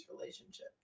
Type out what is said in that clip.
relationship